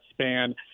span